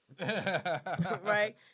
Right